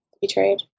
betrayed